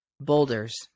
boulders